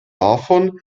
davon